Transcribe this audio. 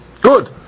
Good